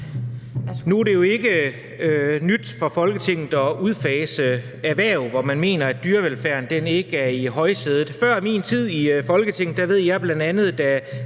Nu er det jo ikke nyt for Folketinget at udfase erhverv, hvor man mener, at dyrevelfærden ikke er i højsædet. Før min tid i Folketinget, da hr. Erling